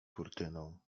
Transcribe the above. kurtyną